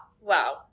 Wow